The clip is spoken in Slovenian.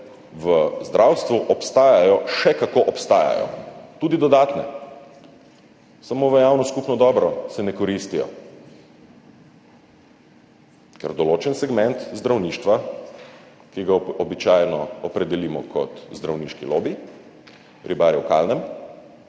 v zdravstvu obstajajo. Še kako obstajajo, tudi dodatne, samo v javno skupno dobro se ne koristijo, ker določen segment zdravništva, ki ga običajno opredelimo kot zdravniški lobi, ribari v kalnem